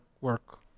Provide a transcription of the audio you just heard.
Work